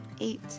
Eight